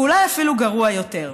ואולי אפילו גרוע יותר.